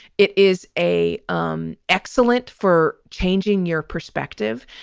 it is a um excellent for changing your perspective.